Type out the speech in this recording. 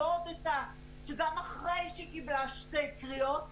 לא הודתה שגם אחרי שקיבלה שתי קריאות,